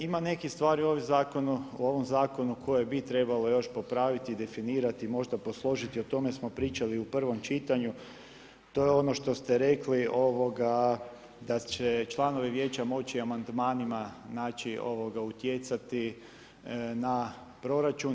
Ima nekih stvari u ovom zakonu koje bi trebalo još popraviti i definirati i možda posložiti, o tome smo pričali u prvom čitanju, to je ono što ste rekli da će članovi Vijeća moći amandmanima utjecati na proračun.